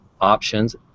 options